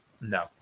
No